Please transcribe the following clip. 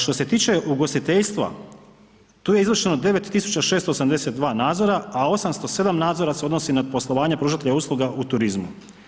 Što se tiče ugostiteljstva tu je izvršeno 9.682 nadzora, a 807 nadzora se odnosi na poslovanje pružatelja usluga u turizmu.